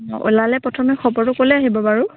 অঁ ওলালে প্ৰথমে খবৰটো ক'লে আহিব বাৰু